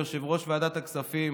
ליושב-ראש ועדת הכספים